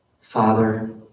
Father